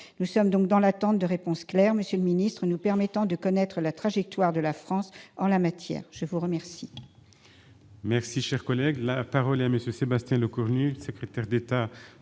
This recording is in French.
Nous sommes donc dans l'attente de réponses claires, monsieur le secrétaire d'État, nous permettant de connaître la trajectoire de la France en la matière. La parole